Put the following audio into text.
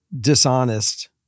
dishonest